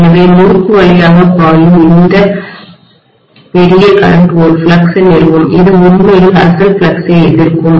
எனவே முறுக்கு வழியாக பாயும் இந்த பெரிய கரண்ட் ஒரு ஃப்ளக்ஸை நிறுவும் இது உண்மையில் அசல் ஃப்ளக்ஸை எதிர்க்கும்